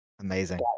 Amazing